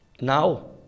Now